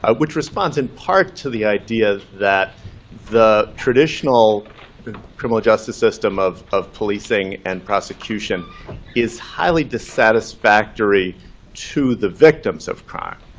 ah which responds in part to the ideas that the traditional criminal justice system of of policing and prosecution is highly dissatisfactory to the victims of crime,